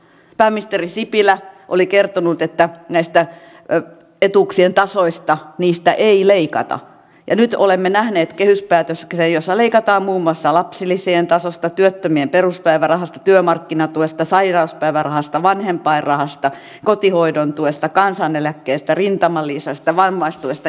pääministeri sipilä oli kertonut että näistä etuuksien tasoista ei leikata ja nyt olemme nähneet kehyspäätöksen jossa leikataan muun muassa lapsilisien tasosta työttömien peruspäivärahasta työmarkkinatuesta sairauspäivärahasta vanhempainrahasta kotihoidontuesta kansaneläkkeestä rintamalisästä vammaistuesta ja niin edelleen